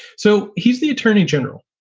so he's the attorney general,